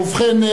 ובכן,